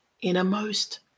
innermost